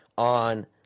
on